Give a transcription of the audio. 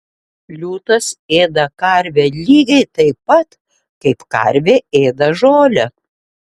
liūtas ėda karvę lygiai taip pat kaip karvė ėda žolę